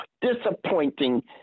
disappointing